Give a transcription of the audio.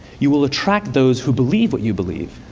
you will attract those who believe what you believe.